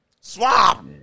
Swap